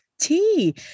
Tea